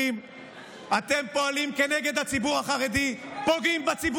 אם מכפילים את שיעור התעסוקה בקרב הגברים החרדים בשכר